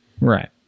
Right